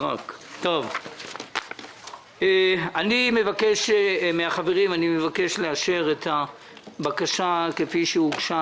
אני מבקש מהחברים לאשר את הבקשה כפי שהוגשה.